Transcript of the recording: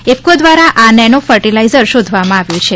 ઇફ્કો દ્વારા આ nano fertiliser શોધવામાં આવ્યું છે